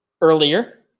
earlier